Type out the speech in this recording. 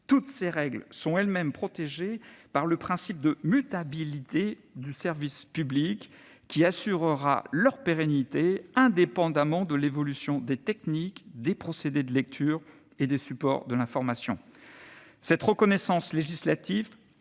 Toutes ces règles sont elles-mêmes protégées par le principe de mutabilité du service public qui assurera leur pérennité, indépendamment de l'évolution des techniques, des procédés de lecture et des supports de l'information. Cette reconnaissance législative